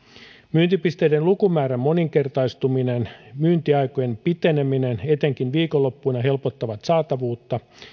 myyntipisteiden lukumäärän moninkertaistuminen ja myyntiaikojen piteneminen etenkin viikonloppuina helpottavat saatavuutta